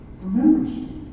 remembers